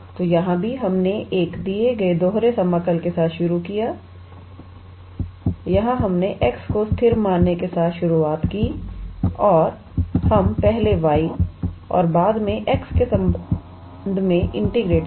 तो यहाँ भी हमने एक दिए गए दोहरे समाकल के साथ शुरू किया यहाँ हमने x को स्थिर मानने के साथ शुरुआत की और हम पहले y और बाद में x के संबंध में इंटीग्रेटेड किया